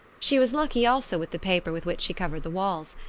she was lucky also with the paper with which she covered the walls.